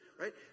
right